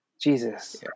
Jesus